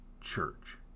church